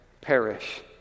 perish